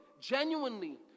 genuinely